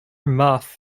muff